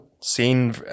seen